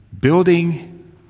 building